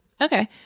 okay